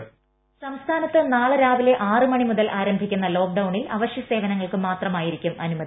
voice സംസ്ഥാനത്ത് നാളെ രാവിലെ ആറ് മണി മുതൽ ആരംഭിക്കുന്ന ലോക്ക്ഡൌണിൽ അവശ്യസേവനങ്ങൾക്ക് മീഗ്രമായിരിക്കും അനുമതി